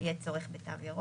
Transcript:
יהיה צורך בתו ירוק.